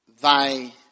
Thy